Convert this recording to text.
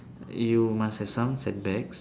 you must have some setbacks